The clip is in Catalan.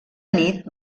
nit